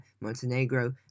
Montenegro